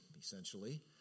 essentially